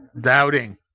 Doubting